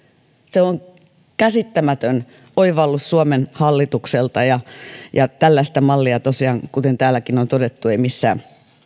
se on käsittämätön oivallus suomen hallitukselta ja ja tällaista mallia ei tosiaan kuten täälläkin on todettu missään